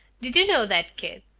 did you know that, kid?